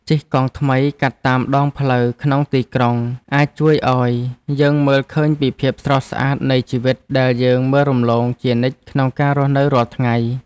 ជិះកង់ថ្មីកាត់តាមដងផ្លូវក្នុងទីក្រុងអាចជួយឱ្យយើងមើលឃើញពីភាពស្រស់ស្អាតនៃជីវិតដែលយើងមើលរំលងជានិច្ចក្នុងការរស់នៅរាល់ថ្ងៃ។